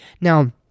now